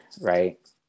right